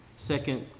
second,